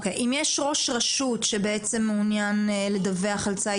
אם יש ראש רשות שמעוניין לדווח על ציד